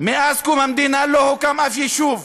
מאז קום המדינה לא הוקם אף יישוב אחד.